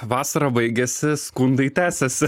vasara baigėsi skundai tęsiasi